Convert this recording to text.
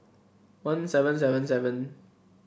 one seven seven seven